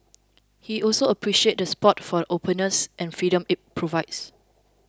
he also appreciates the spot for the openness and freedom it provides